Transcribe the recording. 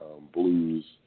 blues